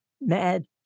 Mad